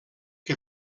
que